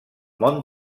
món